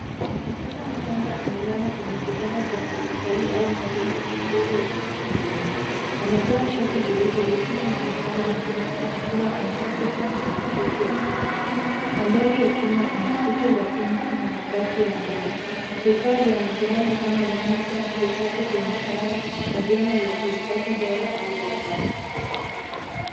Mtoto mchanga amelala kwenye kitanda cha hospitali au meza ya uchunguzi wa kimatibabu. Amevaa shati jeupe lisilo na mikono na nepi, akiwa amefunikwa na blanketi ya pinki. Mandhari ya chuma ina kuta za pinki na mabati ya mbao. Vifaa vya matibabu kama monita, vikapu vya nyaya, na vyombo vya kuhifadhi dawa au vifaa.